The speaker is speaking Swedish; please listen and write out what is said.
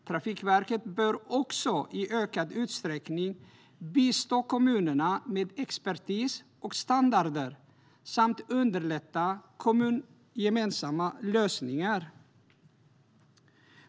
Trafikverket bör också i ökad utsträckning bistå kommunerna med expertis och standarder samt underlätta kommungemensamma lösningar.